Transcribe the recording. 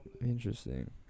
interesting